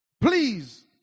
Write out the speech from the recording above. please